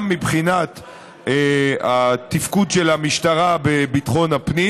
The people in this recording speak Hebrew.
גם מבחינת התפקוד של המשטרה בביטחון הפנים